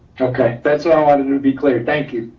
okay, that's all i be clear. thank you.